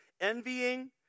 Envying